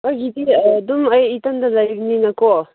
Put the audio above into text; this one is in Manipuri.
ꯑꯩꯒꯤꯗꯤ ꯑꯗꯨꯝ ꯑꯩ ꯏꯊꯟꯇ ꯂꯩꯕꯅꯤꯅꯀꯣ